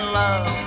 love